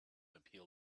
appeal